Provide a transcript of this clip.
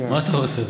מה אתה עושה?